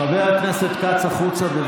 חבר הכנסת כץ, שלישית, החוצה.